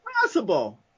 possible